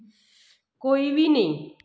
कोई बी निं